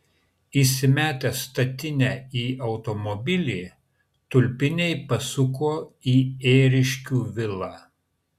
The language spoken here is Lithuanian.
įsimetę statinę į automobilį tulpiniai pasuko į ėriškių vilą